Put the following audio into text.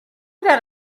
that